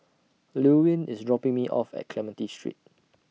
Llewellyn IS dropping Me off At Clementi Street